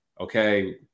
okay